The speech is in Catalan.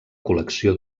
col·lecció